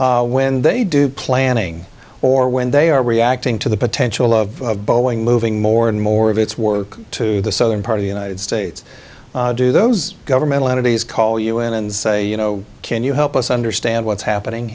there when they do planning or when they are reacting to the potential of boeing moving more and more of its work to the southern part of united states do those governmental entities call you in and say you know can you help us understand what's happening